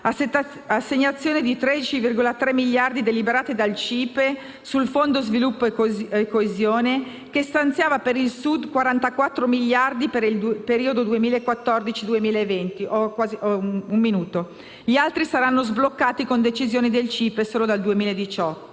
(assegnazione di 13,3 miliardi deliberati dal CIPE sul Fondo per lo sviluppo e la coesione, che stanziava per il Sud 44 miliardi per il periodo 2014-20; gli altri saranno sbloccati con decisioni del CIPE solo dal 2018).